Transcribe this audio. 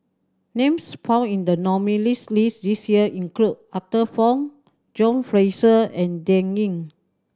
names found in the nominees' list this year include Arthur Fong John Fraser and Dan Ying